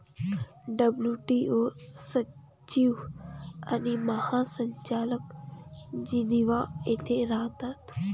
WTO सचिव आणि महासंचालक जिनिव्हा येथे राहतात